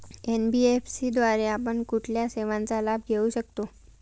NBFC द्वारे आपण कुठल्या सेवांचा लाभ घेऊ शकतो?